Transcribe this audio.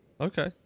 okay